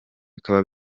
bikaba